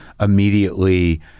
immediately